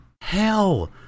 hell